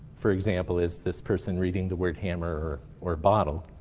for example, is this person reading the word hammer or bottle.